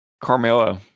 Carmelo